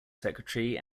secretary